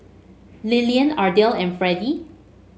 Lilyan Ardell and Fredy